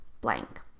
blank